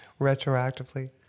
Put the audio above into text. retroactively